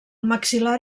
maxil·lar